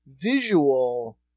visual